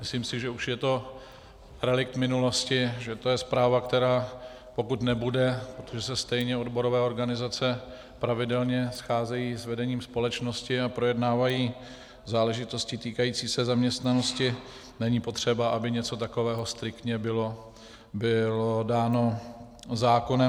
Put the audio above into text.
Myslím si, že už je to relikt minulosti, že to je zpráva, která pokud nebude, protože se stejně odborové organizace pravidelně scházejí s vedením společnosti a projednávají záležitosti týkající se zaměstnanosti, není potřeba, aby něco takového striktně bylo dáno zákonem.